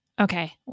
Okay